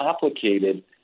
complicated